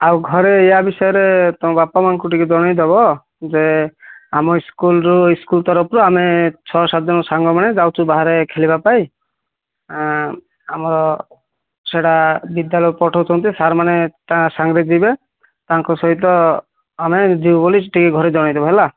ଆଉ ଘରେ ୟା ବିଷୟରେ ତୁମ ବାପା ମାଁଙ୍କୁ ଟିକେ ଜଣାଇ ଦେବ ଯେ ଆମ ସ୍କୁଲରୁ ସ୍କୁଲ ତରଫରୁ ଆମେ ଛଅ ସାତ ଜଣ ସାଙ୍ଗମାନେ ଯାଉଛୁ ବାହାରେ ଖେଳିବା ପାଇ ଆମର ସେଇଟା ବିଦ୍ୟାଳୟ ପଠଉଛନ୍ତି ସାର୍ମାନେ ତା ସାଙ୍ଗ୍ରେ ଯିବେ ତାଙ୍କ ସହିତ ଆମେ ଯିବୁ ବୋଲି ଟିକେ ଘରେ ଜଣାଇଦେବ ହେଲା